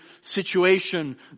situation